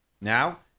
Now